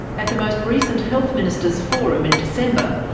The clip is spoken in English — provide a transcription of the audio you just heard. at the most recent health ministers' forum in december,